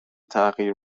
تغییر